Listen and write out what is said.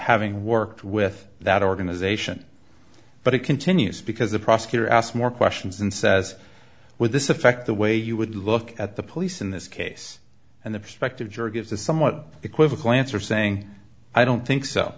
having worked with that organization but it continues because the prosecutor asked more questions and says was this affect the way you would look at the police in this case and the prospective juror gives a somewhat equivocal answer saying i don't think so